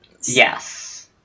Yes